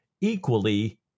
equally